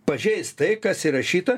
pažeis tai kas įrašyta